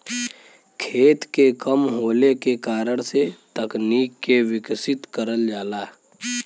खेत के कम होले के कारण से तकनीक के विकसित करल जाला